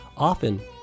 Often